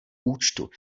účtu